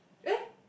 eh